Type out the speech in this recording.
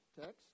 text